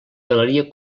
galeria